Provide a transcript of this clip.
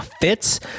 fits